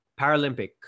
Paralympic